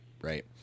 Right